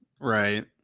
Right